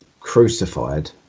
Crucified